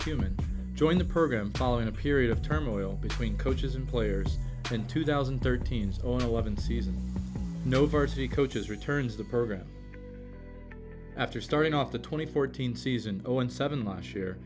cumin joined the program following a period of turmoil between coaches and players in two thousand and thirteen zone one season no versity coaches returns the program after starting off the twenty fourteen season when seven last year